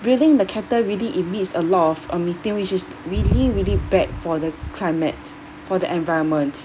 breeding the cattle really emits a lot of uh methane which is really really bad for the climate for the environment